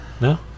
No